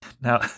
Now